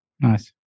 Nice